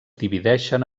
divideixen